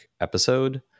episode